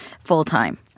full-time